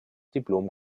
diplom